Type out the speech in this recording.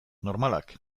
normalak